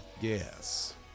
Yes